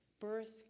birth